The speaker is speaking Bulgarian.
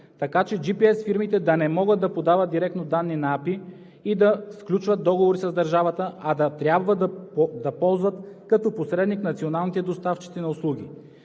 така че джипиес фирмите да не могат да подават директно данни на АПИ и да сключват договори с държавата, а да трябва да ползват като посредник националните доставчици на услуги.